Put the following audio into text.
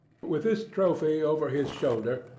with this trophy over his shoulder,